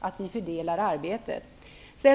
att vi fördelar arbetet mellan oss.